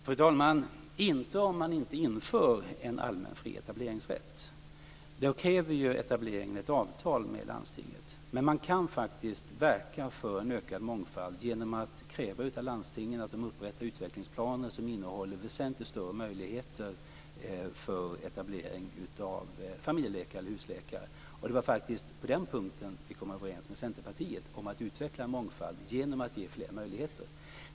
Fru talman! Det kan man inte om det inte införs en allmän fri etableringsrätt. Det är okej att vi gör etablering genom ett avtal med landstinget, men man kan verka för en ökad mångfald genom att kräva av landstingen att de upprättar utvecklingsplaner som innehåller väsentligt större möjligheter för etablering av familjeläkare eller husläkare. Det var på den punkten vi kom överens med Centerpartiet om att utveckla mångfald genom att ge fler möjligheter.